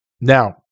Now